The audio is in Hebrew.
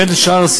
בין השאר,